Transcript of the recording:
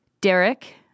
Derek